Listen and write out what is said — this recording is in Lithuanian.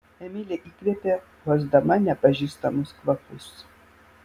emilė įkvėpė uosdama nepažįstamus kvapus